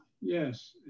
Yes